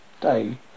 day